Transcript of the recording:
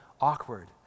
awkward